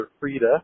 Frida